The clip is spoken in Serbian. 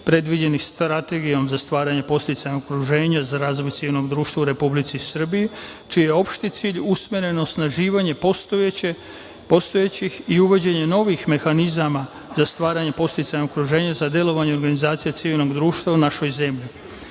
predviđenih Strategijom za stvaranje podsticajnog okruženja za razvoj civilnog društva u Republici Srbiji, čiji je opšti cilj usmeren na osnaživanje postojećih i uvođenje novih mehanizama za stvaranje podsticajnog okruženja za delovanje organizacija civilnog društva u našoj zemlji.